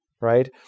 right